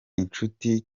inshuti